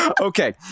okay